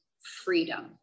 freedom